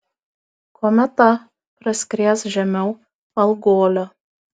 kometa praskries žemiau algolio